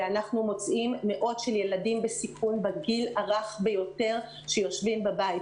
ואנחנו מוצאים מאות ילדים בסיכון בגיל הרך ביותר שיושבים בבית.